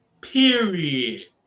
period